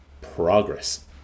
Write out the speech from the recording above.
Progress